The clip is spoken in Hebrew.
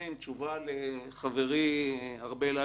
תשובה לחברי ארבל אלטשולר.